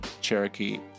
Cherokee